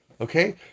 okay